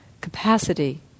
capacity